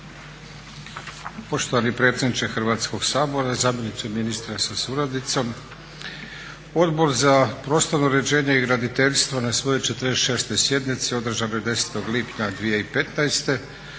Poštovani predsjedniče Hrvatskog sabora, zamjeniče ministra sa suradnicom. Odbor za prostorno uređenje i graditeljstvo na svojoj 46.sjednici održanoj 10.lipnja